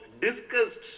discussed